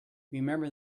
remember